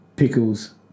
pickles